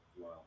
Wow